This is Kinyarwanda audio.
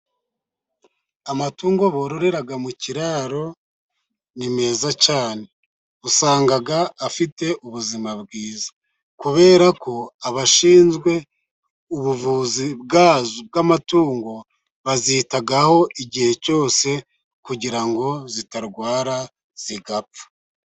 Amatungo bororera mu kiraro ni meza cyane. Usanga afite ubuzima bwiza kubera ko abashinzwe ubuvuzi bw'amatungo bazitaho igihe cyose kugira ngo zitarwara zigapfa.